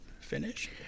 finish